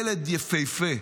ילד יפהפה,